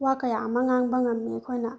ꯋꯥ ꯀꯌꯥ ꯑꯃ ꯉꯥꯡꯕ ꯉꯝꯃꯤ ꯑꯩꯈꯣꯏꯅ